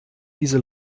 diese